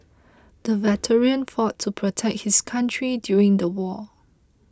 the veteran fought to protect his country during the war